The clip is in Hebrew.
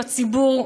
הציבור,